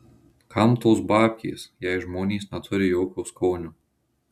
kam tos babkės jei žmonės neturi jokio skonio